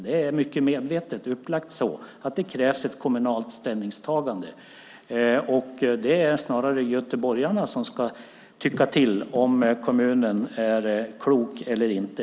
Det är mycket medvetet upplagt så att det krävs ett kommunalt ställningstagande. Det är snarare göteborgarna som ska tycka till om kommunen är klok eller inte.